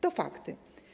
To fakty.